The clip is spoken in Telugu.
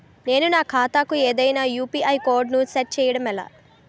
నేను నా ఖాతా కు ఏదైనా యు.పి.ఐ కోడ్ ను సెట్ చేయడం ఎలా?